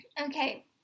Okay